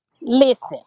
Listen